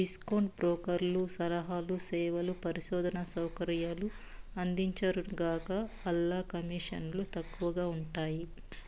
discount బ్రోకర్లు సలహాలు, సేవలు, పరిశోధనా సౌకర్యాలు అందించరుగాన, ఆల్ల కమీసన్లు తక్కవగా ఉంటయ్యి